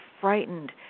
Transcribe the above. frightened